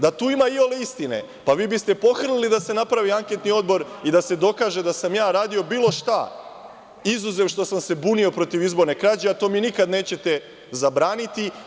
Da tu ima iole istine, pa vi biste pohrlili da se napravi anketni odbor i da se dokaže da sam ja radio bilo šta, izuzev što sam se bunio protiv izborne krađe, a to mi nikada nećete zabraniti.